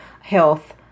health